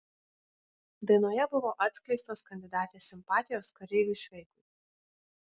dainoje buvo atskleistos kandidatės simpatijos kareiviui šveikui